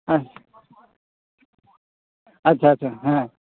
ᱦᱮᱸ ᱟᱪᱪᱷᱟ ᱟᱪᱪᱷᱟ ᱦᱮᱸ